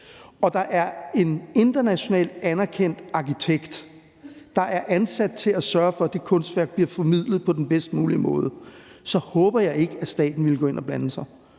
og der er en internationalt anerkendt arkitekt, der er ansat til at sørge for, at det kunstværk bliver formidlet på den bedst mulige måde, så håber jeg ikke, at staten ville gå ind at blande sig.